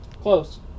Close